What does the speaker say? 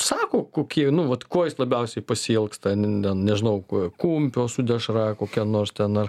sako kokie nu vat ko labiausiai pasiilgsta ten nežinau ko kumpio su dešra kokio nors ten ar